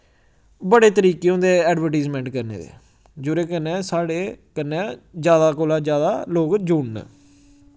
बड़े तरीके होंदे एडवरटीजमैंट करने दे जुदे कन्नै साढ़े कन्नै ज्यादा कोला ज्यादा लोक जुड़न